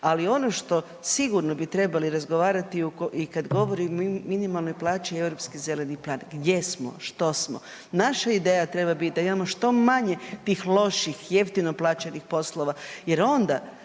ali ono što sigurno bi trebali razgovarati i kad govorimo o minimalnoj plaći je Europski zeleni plan. Gdje smo, što smo? Naša ideja treba biti da imamo što manje tih loših, jeftino plaćenih poslova jer onda